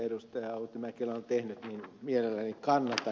outi mäkelä on tehnyt mielelläni kannatan